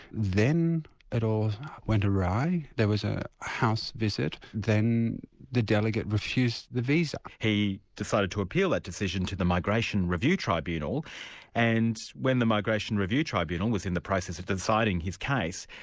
then it all went awry. there was a house visit, then the delegate refused the visa. he decided to appeal that decision to the migration review tribunal and when the migration review tribunal was in the process of deciding his case,